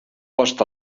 post